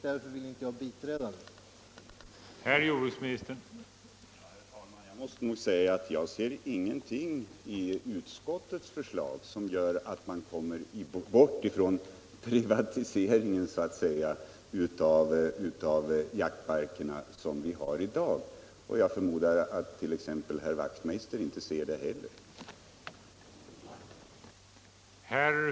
Därför vill jag inte biträda det förslaget.